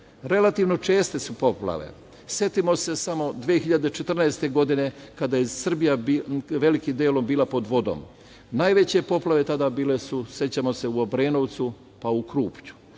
Relativno česte su poplave. Setimo se samo 2014. godine kada je Srbija velikim delom bila pod vodom. Najveće poplave tada bile su, sećamo se, u Obrenovcu, pa u